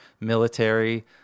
military